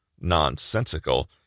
nonsensical